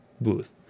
booth